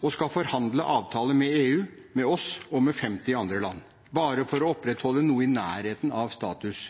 og skal forhandle avtaler med EU, med oss og med 50 andre land, bare for å opprettholde noe i nærheten av status